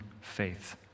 faith